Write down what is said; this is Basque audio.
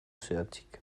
zehatzik